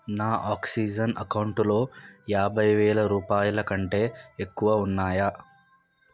నా ఆక్సిజన్ అకౌంటులో యాభై వేల రూపాయల కంటే ఎక్కువ ఉన్నాయా